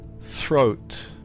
throat